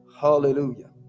Hallelujah